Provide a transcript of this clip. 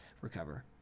recover